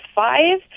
five